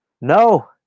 no